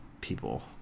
people